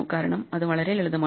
കാരണം അത് വളരെ ലളിതമാണ്